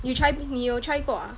you try 你有 try 过啊